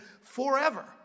forever